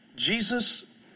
Jesus